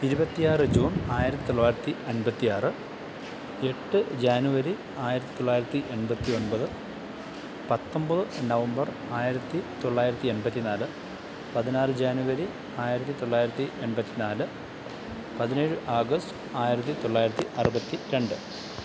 ഇരുപത്തിയാറ് ജൂൺ ആയിരത്തിത്തൊള്ളായിരത്തി അൻപത്തിയാറ് എട്ട് ജാനുവരി ആയിരത്തിത്തൊള്ളായിരത്തി എൺപത്തി ഒൻപത് പത്തൊമ്പത് നവംബർ ആയിരത്തി തൊള്ളായിരത്തി എമ്പത്തി നാല് പതിനാറ് ജാനുവരി ആയിരത്തിത്തൊള്ളായിരത്തി എൺപത്തി നാല് പതിനേഴ് ആഗസ്റ്റ് ആയിരത്തി തൊള്ളായിരത്തി അറുപത്തി രണ്ട്